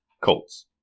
Colts